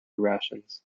rations